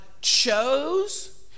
chose